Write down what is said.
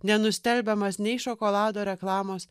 nenustelbiamas nei šokolado reklamos